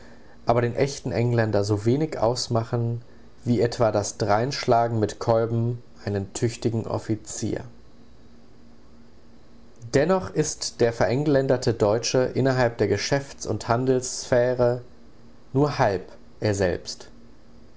aber den echten engländer so wenig ausmachen wie etwa das dreinschlagen mit kolben einen tüchtigen offizier dennoch ist der verengländerte deutsche innerhalb der geschäfts und handelssphäre nur halb er selbst